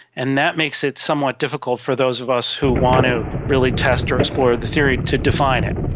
and that makes it somewhat difficult for those of us who want to really test or explore the theory to define it.